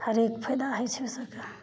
हरेक फायदा होइ छै ओहिसभकेँ